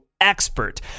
Expert